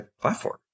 platform